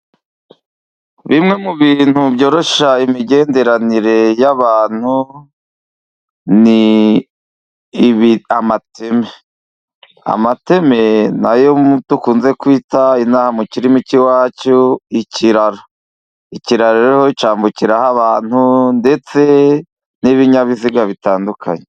Bimwe mu bintu byoroshya imigenderanire y'abantu, ni amateme. Amateme na yo dukunze kwita mu kirimi cy'iwacu ikiraro. Ikiraro cyambukiraho abantu ndetse n'ibinyabiziga bitandukanye.